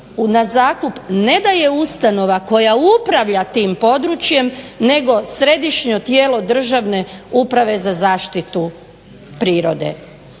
na zakup ne daje ustanova koja upravlja tim područjem nego Središnje tijelo državne uprave za zaštitu prirode.